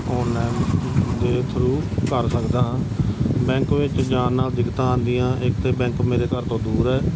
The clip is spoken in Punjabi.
ਔਨਲਾਈਨ ਦੇ ਥਰੂ ਕਰ ਸਕਦਾ ਹਾਂ ਬੈਂਕ ਵਿੱਚ ਜਾਣ ਨਾਲ ਦਿੱਕਤਾਂ ਆਉਂਦੀਆਂ ਇੱਕ ਤਾਂ ਬੈਂਕ ਮੇਰੇ ਘਰ ਤੋਂ ਦੂਰ ਹੈ